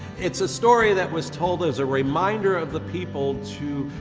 it's a story that was told as a reminder of the people to